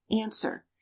Answer